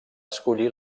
escollir